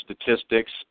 statistics